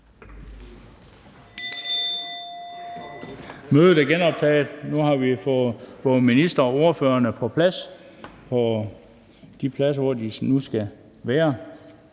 Mødet er genoptaget. Nu har vi fået både ministeren og ordførerne på plads på de pladser, hvor de nu skal være.